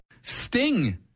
Sting